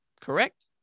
Correct